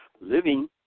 living